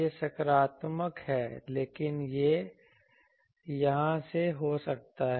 यह सकारात्मक है लेकिन यह यहां हो सकता है